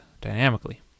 dynamically